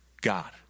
God